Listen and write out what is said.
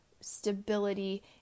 stability